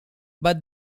but